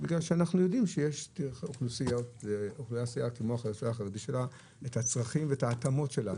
אנחנו יודעים שיש אוכלוסייה חרדית שיש לה את הצרכים ואת ההתאמות שלה.